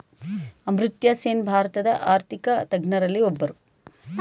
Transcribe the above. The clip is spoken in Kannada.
ಅಮರ್ತ್ಯಸೇನ್ ಭಾರತದ ಆರ್ಥಿಕ ತಜ್ಞರಲ್ಲಿ ಒಬ್ಬರು